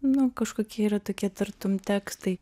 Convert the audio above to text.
nu kažkokie yra tokie tartum tekstai